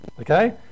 Okay